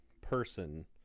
person